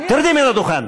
תרדי מן הדוכן.